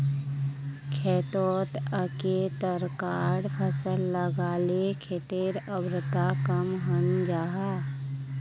खेतोत एके तरह्कार फसल लगाले खेटर उर्वरता कम हन जाहा